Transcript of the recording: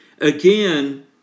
again